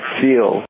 feel